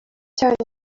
turned